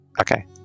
Okay